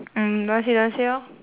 mm don't want say don't want say lor